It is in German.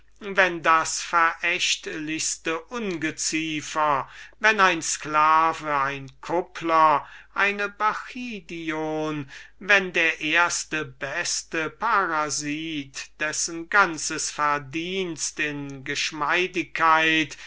wenn das verächtlichste ungeziefer wenn ein sklave ein kuppler eine bacchidion oder etwas noch schlimmers irgend ein parasite dessen ganzes verdienst in geschmeidigkeit